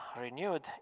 renewed